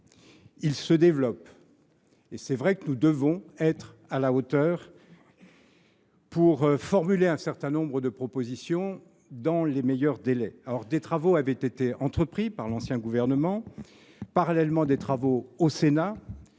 Il se développe et nous devons être à la hauteur en formulant un certain nombre de propositions dans les meilleurs délais. Des travaux avaient été entrepris par l’ancien gouvernement. Parallèlement, une